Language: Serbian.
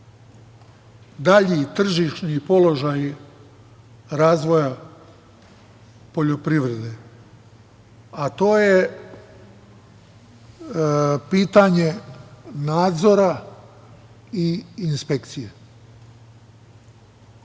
dalji tržišni položaj razvoja poljoprivrede, a to je pitanje nadzora i inspekcije.